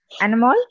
Animal